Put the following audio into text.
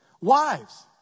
Wives